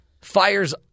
fires